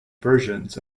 versions